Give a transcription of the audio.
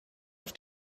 auf